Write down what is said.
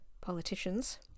politicians